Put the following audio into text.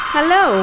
Hello